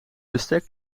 bestek